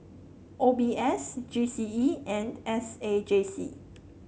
O B S G C E and S A J C